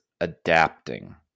adapting